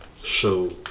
show